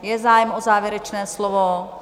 Je zájem o závěrečné slovo?